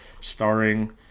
Starring